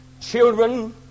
children